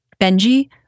Benji